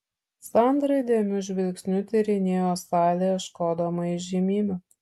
sandra įdėmiu žvilgsniu tyrinėjo salę ieškodama įžymybių